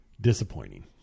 disappointing